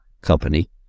Company